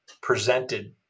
presented